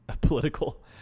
political